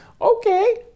Okay